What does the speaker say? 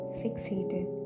fixated